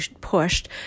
pushed